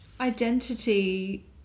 identity